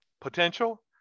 potential